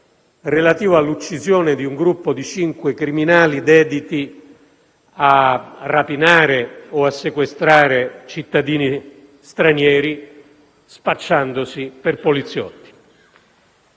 relativo all'uccisione di un gruppo di cinque criminali dediti a rapinare o a sequestrare cittadini stranieri spacciandosi per poliziotti.